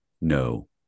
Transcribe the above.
no